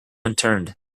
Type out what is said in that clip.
unturned